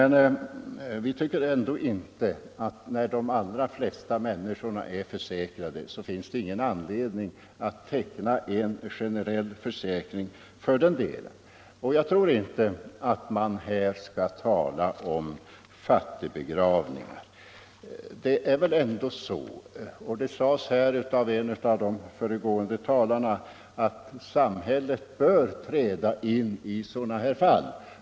När dock de allra flesta människor är försäkrade, tycker vi att det inte finns någon anledning att teckna en generell försäkring för detta. Jag tycker inte man skall tala om fattigbegravningar. Det är väl ändå så, som det sades av en föregående talare, att samhället bör träda in i sådana här fall.